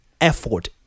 effort